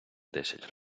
десять